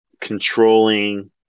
controlling